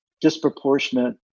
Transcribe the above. disproportionate